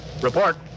Report